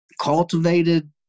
cultivated